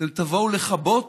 אתם תבואו לכבות